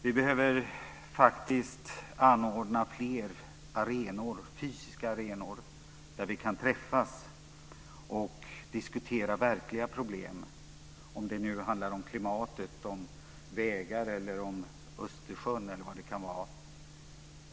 Vi behöver anordna fler fysiska arenor där vi kan träffas och diskutera verkliga problem, om det nu handlar om klimatet, vägar, Östersjön eller vad det kan vara.